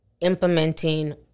implementing